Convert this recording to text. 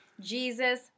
Jesus